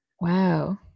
Wow